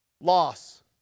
loss